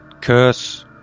curse